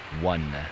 one